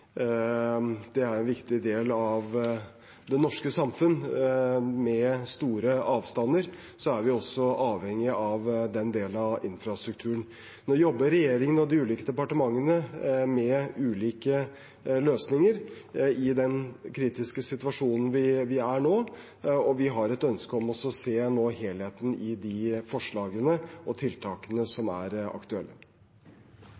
Det er en viktig del av det norske samfunn. Med store avstander er vi også avhengig av den delen av infrastrukturen. Nå jobber regjeringen og de ulike departementene med ulike løsninger i den kritiske situasjonen vi er i nå, og vi har et ønske om å se helheten i de forslagene og tiltakene